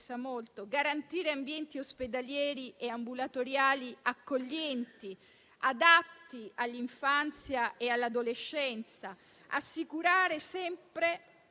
garantire ambienti ospedalieri e ambulatoriali accoglienti, adatti all'infanzia e all'adolescenza; assicurare sempre